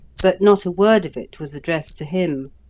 but not a word of it was addressed to him.